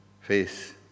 face